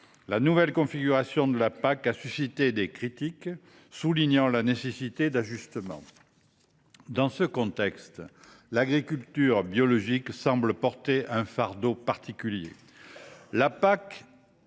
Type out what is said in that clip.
La nouvelle configuration de la PAC a suscité des critiques. Des ajustements sont nécessaires. Dans ce contexte, l’agriculture biologique semble porter un fardeau particulier.